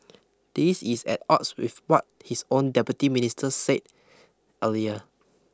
this is at odds with what his own Deputy Minister said earlier